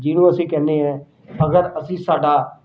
ਜਿਹਨੂੰ ਅਸੀਂ ਕਹਿੰਦੇ ਹੈ ਅਗਰ ਅਸੀਂ ਸਾਡਾ